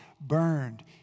burned